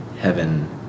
heaven